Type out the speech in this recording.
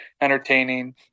entertaining